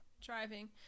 driving